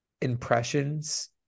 impressions